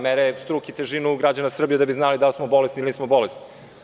Mere struk i težinu građana Srbije, da bi znali da li smo bolesni ili nismo bolesni.